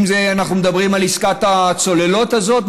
אם אנחנו מדברים על עסקת הצוללות הזאת,